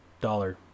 dollar